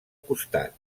costat